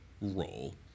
roll